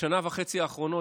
בשנה וחצי האחרונות,